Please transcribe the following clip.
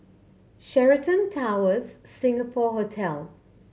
Sheraton Towers Singapore Hotel